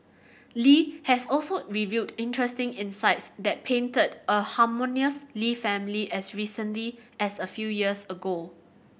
Li has also revealed interesting insights that painted a harmonious Lee family as recently as a few years ago